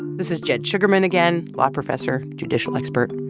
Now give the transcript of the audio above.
this is jed shugerman again, law professor, judicial expert.